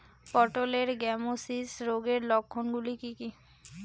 পটলের গ্যামোসিস রোগের লক্ষণগুলি কী কী?